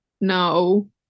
No